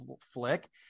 flick